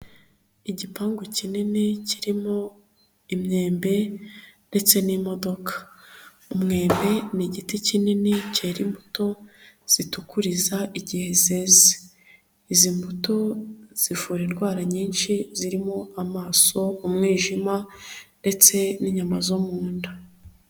Igipangu kinini kirimo imyembe ndetse n'imodoka. Umwembe ni igiti kinini cyera imbuto zitukuruza igihe zeze, izi mbuto zivura indwara nyinshi zirimo amaso, umwijima ndetse n'inyama zo mu nda.